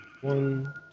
One